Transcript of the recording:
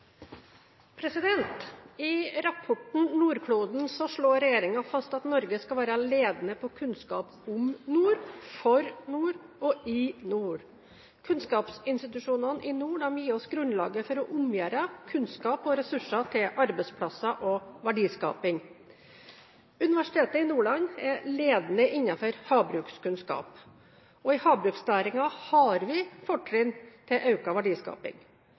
rapporten Nordkloden slår regjeringen fast at Norge skal være ledende på kunnskap om nord, for nord og i nord. Kunnskapsinstitusjonene i nord gir oss grunnlaget for å omgjøre kunnskap og ressurser til arbeidsplasser og verdiskaping. Universitetet i Nordland er ledende innen havbrukskunnskap. I havbruksnæringa har vi fortrinn til økt verdiskaping.